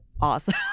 awesome